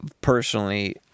personally